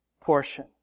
portion